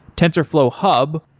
tensorflow hub,